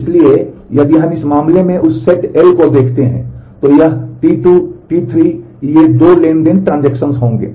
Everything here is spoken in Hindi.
इसलिए यदि हम इस मामले में उस सेट L को देखते हैं तो यह T2 T3 ये दो ट्रांज़ैक्शन होंगे